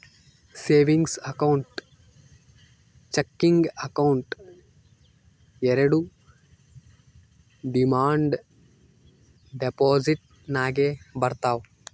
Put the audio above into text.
savings account, checking account ಎರೆಡು demand deposit ನಾಗೆ ಬರ್ತಾವ್